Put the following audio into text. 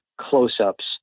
close-ups